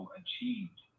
achieved